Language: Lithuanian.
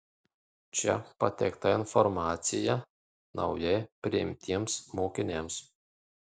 čia pateikta informacija naujai priimtiems mokiniams